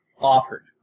offered